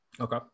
Okay